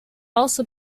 also